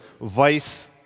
vice